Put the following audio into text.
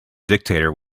dictator